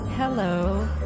Hello